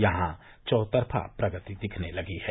यहां चौतरफा प्रगति दिखने लगी है